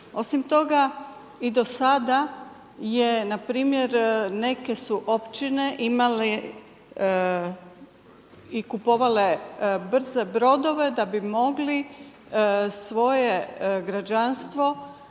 Osim toga i do sada je, npr. neke su općine imale i kupovale brze brodove da bi mogli svoje građanstvo